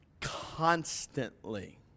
constantly